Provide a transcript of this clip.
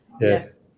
yes